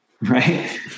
right